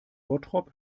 bottrop